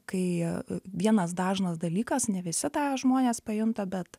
kai vienas dažnas dalykas ne visi tą žmonės pajunta bet